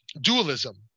dualism